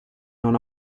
non